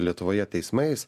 lietuvoje teismais